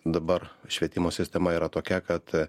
dabar švietimo sistema yra tokia kad